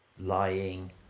lying